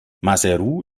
maseru